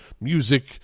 music